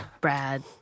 Brad